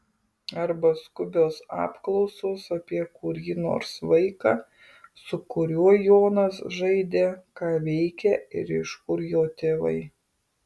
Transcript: arba skubios apklausos apie kurį nors vaiką su kuriuo jonas žaidė ką veikia ir iš kur jo tėvai